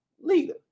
leader